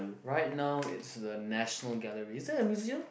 right now it's the National Galleries is that a museum